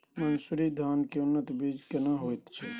मन्सूरी धान के उन्नत बीज केना होयत छै?